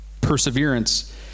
perseverance